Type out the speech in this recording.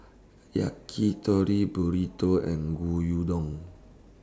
Yakitori Burrito and Gyudon